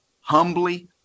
humbly